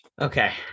Okay